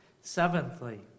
Seventhly